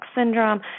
syndrome